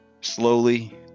slowly